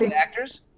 and actors.